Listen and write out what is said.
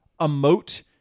emote